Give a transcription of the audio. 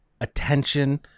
attention